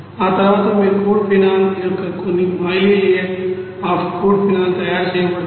ఆ తర్వాత మీరు క్రూడ్ ఫినాల్ యొక్క కొన్నిఆయిలీ లేయర్ అఫ్ క్రూడ్ ఫెనోల్ తయారు చేయబడుతుంది